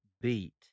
beat